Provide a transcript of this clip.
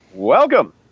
Welcome